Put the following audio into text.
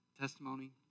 Testimony